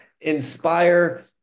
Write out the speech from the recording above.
inspire